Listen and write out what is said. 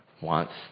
wants